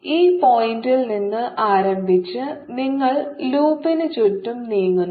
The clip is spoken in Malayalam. ഈ പോയിന്റിൽ നിന്ന് ആരംഭിച്ച് നിങ്ങൾ ലൂപ്പിന് ചുറ്റും നീങ്ങുന്നു